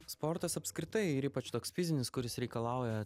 sportas apskritai ir ypač toks fizinis kuris reikalauja